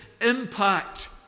impact